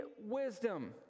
wisdom